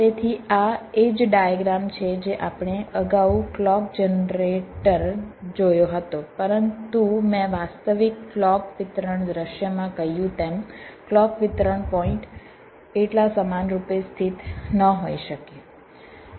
તેથી આ એ જ ડાયગ્રામ છે જે આપણે અગાઉ ક્લૉક જનરેટર જોયો હતો પરંતુ મેં વાસ્તવિક ક્લૉક વિતરણ દૃશ્યમાં કહ્યું તેમ ક્લૉક વિતરણ પોઈન્ટ એટલા સમાનરૂપે સ્થિત ન હોઈ શકે